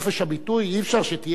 אי-אפשר שתהיה הפקרות גם,